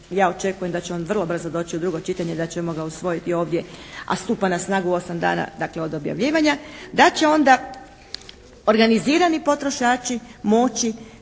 ja očekujem da će on vrlo brzo doći u drugo čitanje, da ćemo ga usvojiti ovdje, a stupa na snagu 8 dana dakle od objavljivanja, da će onda organizirani potrošači moći